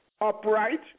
upright